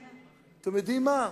אתם יודעים מה,